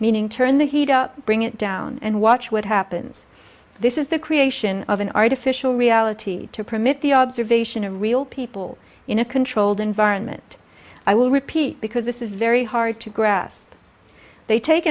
meaning turn the heat up bring it down and watch what happens this is the creation of an artificial reality to permit the observation of real people in a controlled environment i will repeat because this is very hard to grasp they take